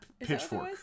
pitchfork